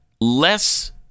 less